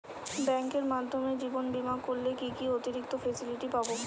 ব্যাংকের মাধ্যমে জীবন বীমা করলে কি কি অতিরিক্ত ফেসিলিটি পাব?